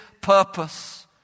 purpose